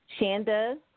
Shanda